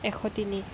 এশ তিনি